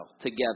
together